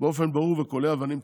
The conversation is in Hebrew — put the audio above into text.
באופן ברור וקולע, ואני מצטט: